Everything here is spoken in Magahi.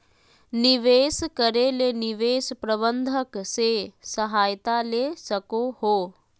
निवेश करे ले निवेश प्रबंधक से सहायता ले सको हो